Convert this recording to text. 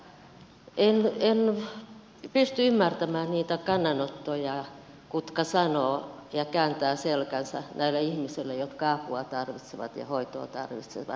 en pysty ymmärtämään niiden kannanottoja ketkä kääntävät selkänsä näille ihmisille jotka apua tarvitsevat ja hoitoa tarvitsevat ja sanovat että ei